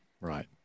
right